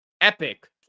epic